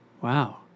Wow